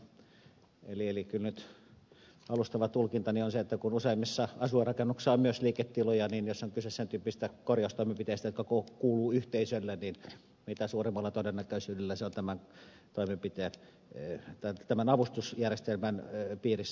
eli kyllä nyt alustava tulkintani on se että kun useimmissa asuinrakennuksissa on myös liiketiloja niin jos on kyse sen tyyppisestä korjaustoimenpiteestä joka kuuluu yhteisölle niin mitä suurimmalla todennäköisyydellä se on tämän avustusjärjestelmän piirissä